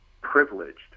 privileged